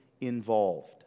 involved